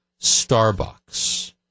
Starbucks